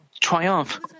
triumph